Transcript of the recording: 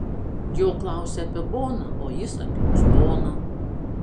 jo klausia apie boną o jis apie uzboną